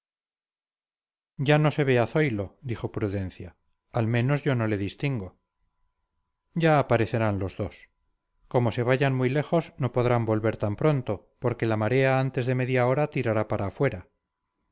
ya no se ve a zoilo dijo prudencia al menos yo no le distingo ya parecerán los dos como se vayan muy lejos no podrán volver tan pronto porque la marea antes de media hora tirará para afuera